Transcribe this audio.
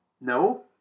No